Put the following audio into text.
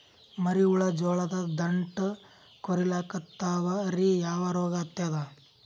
ಮರಿ ಹುಳ ಜೋಳದ ದಂಟ ಕೊರಿಲಿಕತ್ತಾವ ರೀ ಯಾ ರೋಗ ಹತ್ಯಾದ?